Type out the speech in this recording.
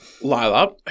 Lila